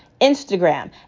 Instagram